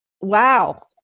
wow